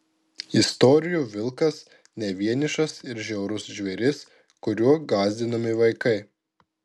istorijų vilkas ne vienišas ir žiaurus žvėris kuriuo gąsdinami vaikai